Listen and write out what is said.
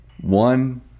one